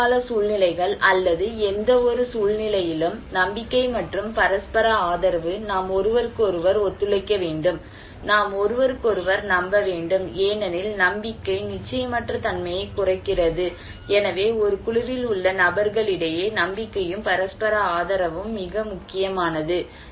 அவசரகால சூழ்நிலைகள் அல்லது எந்தவொரு சூழ்நிலையிலும் நம்பிக்கை மற்றும் பரஸ்பர ஆதரவு நாம் ஒருவருக்கொருவர் ஒத்துழைக்க வேண்டும் நாம் ஒருவருக்கொருவர் நம்ப வேண்டும் ஏனெனில் நம்பிக்கை நிச்சயமற்ற தன்மையைக் குறைக்கிறது எனவே ஒரு குழுவில் உள்ள நபர்களிடையே நம்பிக்கையும் பரஸ்பர ஆதரவும் மிக முக்கியமானது